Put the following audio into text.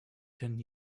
ten